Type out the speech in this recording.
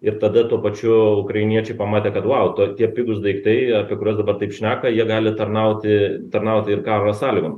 ir tada tuo pačiu ukrainiečiai pamatė kad vau to tie pigūs daiktai apie kuriuos dabar taip šneka jie gali tarnauti tarnauti ir karo sąlygom